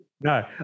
No